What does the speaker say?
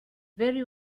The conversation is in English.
very